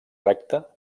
recta